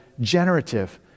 generative